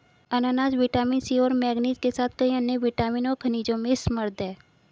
अनन्नास vitamin C और manganese के साथ कई अन्य विटामिन और खनिजों में समृद्ध हैं